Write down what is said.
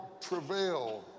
travail